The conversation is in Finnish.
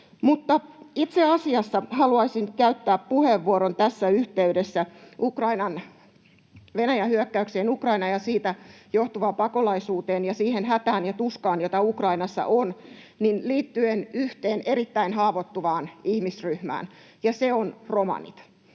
Itse asiassa haluaisin käyttää puheenvuoron tässä yhteydessä liittyen Venäjän hyökkäykseen Ukrainaan ja siitä johtuvaan pakolaisuuteen ja siihen hätään ja tuskaan, jota Ukrainassa on, liittyen yhteen erittäin haavoittuvaan ihmisryhmään, ja se on romanit.